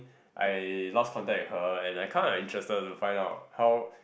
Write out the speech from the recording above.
I lost contact with her and I kind of interested to find out how